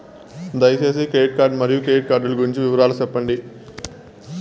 దయసేసి credit card మరియు credit card లు గురించి వివరాలు సెప్పండి?